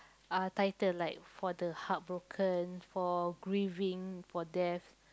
uh title like for the heartbroken for grieving for death